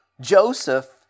Joseph